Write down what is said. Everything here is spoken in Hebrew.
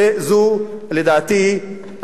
לדעתי,